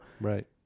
Right